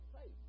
faith